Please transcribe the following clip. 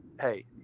hey